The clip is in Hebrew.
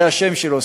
זה השם שלו,